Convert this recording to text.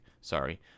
Sorry